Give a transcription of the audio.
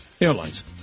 Airlines